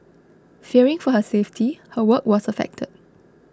fearing for her safety her work was affected